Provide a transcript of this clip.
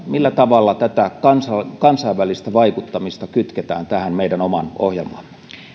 millä tavalla tätä kansainvälistä vaikuttamista kytketään tähän meidän omaan ohjelmaamme